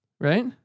right